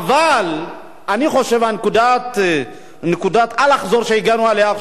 אבל אני חושב שנקודת האל-חזור שהגענו אליה עכשיו,